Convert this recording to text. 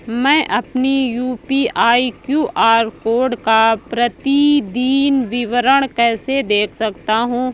मैं अपनी UPI QR code का प्रतीदीन विवरण कैसे देख सकता हूँ?